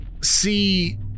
see